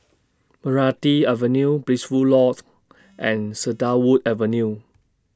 Meranti Avenue Blissful Loft and Cedarwood Avenue